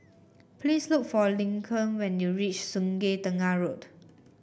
please look for Lincoln when you reach Sungei Tengah Road